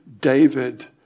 David